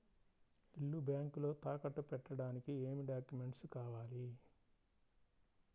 ఇల్లు బ్యాంకులో తాకట్టు పెట్టడానికి ఏమి డాక్యూమెంట్స్ కావాలి?